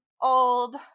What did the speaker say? old